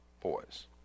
boys